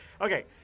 Okay